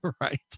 Right